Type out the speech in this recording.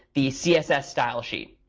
the css style sheet,